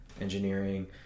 engineering